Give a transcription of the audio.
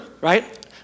right